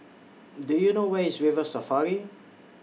Do YOU know Where IS River Safari